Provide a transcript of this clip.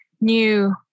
new